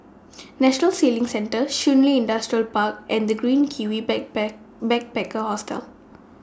National Sailing Centre Shun Li Industrial Park and The Green Kiwi Back pack Backpacker Hostel